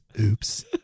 Oops